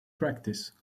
practice